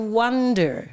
wonder